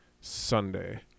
Sunday